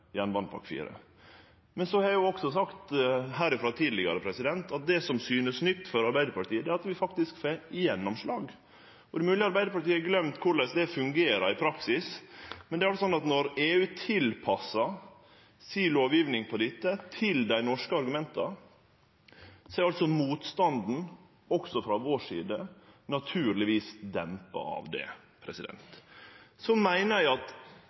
Så har eg også sagt herifrå tidlegare at det som synest nytt for Arbeidarpartiet, er at vi faktisk får gjennomslag. Det er mogleg Arbeidarpartiet har gløymt korleis det fungerer i praksis, men når EU tilpassar lovgjevinga si for dette til dei norske argumenta, er motstanden frå vår side naturlegvis dempa av det. Eg meiner at